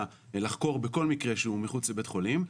ולחקור בכל מקרה שהוא מחוץ לבית החולים,